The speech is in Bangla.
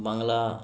বাংলা